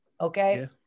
okay